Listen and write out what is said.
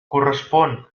correspon